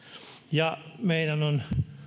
ja meidän on